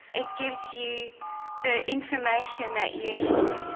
it gives you the information that you need,